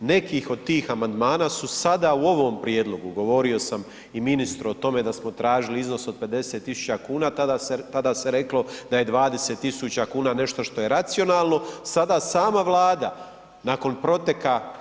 Neki od tih amandman su sada u ovom prijedlogu, govorio sam i ministru o tome da smo tražili iznos od 50 tisuća kuna a tada se reklo da je 20 tisuća kuna nešto što je racionalno, sada sama Vlada nakon protekla